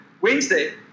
Wednesday